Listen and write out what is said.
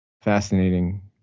fascinating